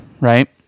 right